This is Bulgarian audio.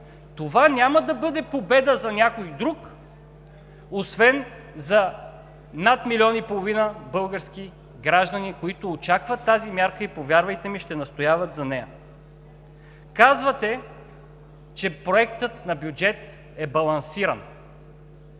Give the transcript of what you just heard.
Това няма да бъде победа за някой друг, освен за над милион и половина български граждани, които очакват тази мярка. Повярвайте ми, ще настояват за нея! Казвате, че проектобюджетът е балансиран.